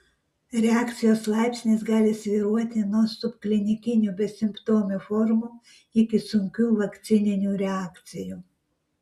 reakcijos laipsnis gali svyruoti nuo subklinikinių besimptomių formų iki sunkių vakcininių reakcijų